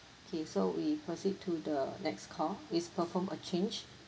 K so we proceed to the next call is perform a change